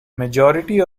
majority